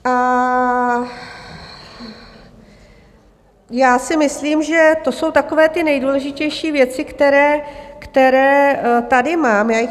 A já si myslím, že to jsou takové ty nejdůležitější věci, které tady mám.